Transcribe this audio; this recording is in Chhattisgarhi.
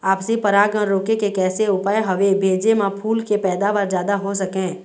आपसी परागण रोके के कैसे उपाय हवे भेजे मा फूल के पैदावार जादा हों सके?